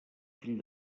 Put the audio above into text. fill